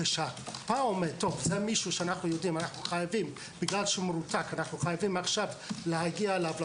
כשהקופה אומרת: חייבים בגלל שמרותק להגיע אליו,